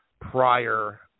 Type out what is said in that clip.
prior